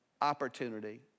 opportunity